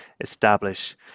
establish